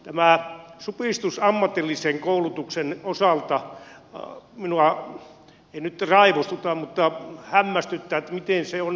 tämä supistus ammatillisen koulutuksen osalta minua ei nyt raivostuta mutta hämmästyttää miten se on mahdollista